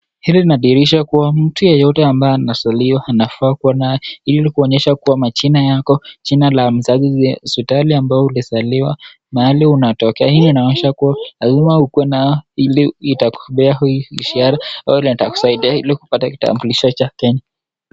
Hili linadhirisha mtu yeyote ambaye anazaliwa anafaa kuwa naye, ili kuonsha majina yako, jina la mzazi, hospitali ambao ulizaliwa, mahali unatokea. Hii inaonyesha kuwa lazima ukuwe na iliitakupea ishara au unataka kusaidia hili kupata kitambulisho cha kenya.